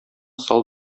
сал